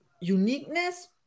uniqueness